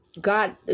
God